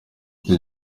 iki